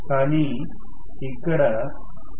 కానీ ఇక్కడ ఇది 0